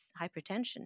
hypertension